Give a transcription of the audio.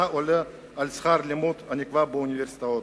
עולה על שכר הלימוד הנקבע באוניברסיטאות.